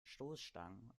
stoßstangen